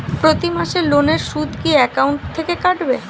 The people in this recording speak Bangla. প্রতি মাসে লোনের সুদ কি একাউন্ট থেকে কাটবে?